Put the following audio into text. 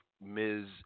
Ms